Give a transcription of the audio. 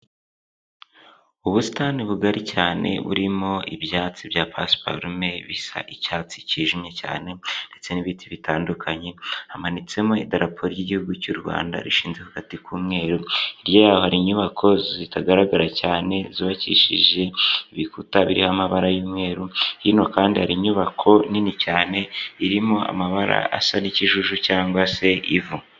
Ubusitani bugari cyane burimo ibyatsi bya pasiparume bisa icyatsi cyijimye cyane ndetse n'ibiti bitandukanye hamanitsemo idaraporo ry'igihugu cy'u Rwanda rishinze kugati k'umweru, hirya yaho inyubako zitagaragara cyane zubakishije ibikuta biriho amabara y'umweru, hino kandi hari inyubako nini cyane irimo amabara asa n'ikijiju cyangwa se ivu.